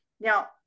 Now